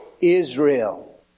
Israel